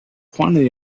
quantity